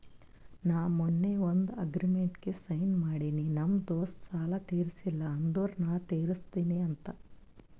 ನಾ ಮೊನ್ನೆ ಒಂದ್ ಅಗ್ರಿಮೆಂಟ್ಗ್ ಸೈನ್ ಮಾಡಿನಿ ನಮ್ ದೋಸ್ತ ಸಾಲಾ ತೀರ್ಸಿಲ್ಲ ಅಂದುರ್ ನಾ ತಿರುಸ್ತಿನಿ ಅಂತ್